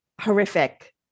horrific